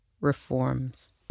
reforms